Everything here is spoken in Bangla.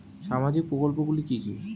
সামাজিক প্রকল্প গুলি কি কি?